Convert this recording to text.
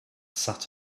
sat